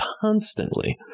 constantly